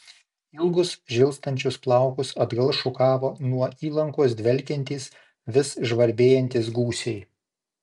ilgus žilstančius plaukus atgal šukavo nuo įlankos dvelkiantys vis žvarbėjantys gūsiai